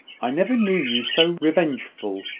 i never knew you so revengeful,